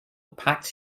impact